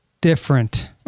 different